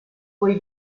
poi